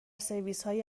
سرویسهای